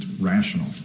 rational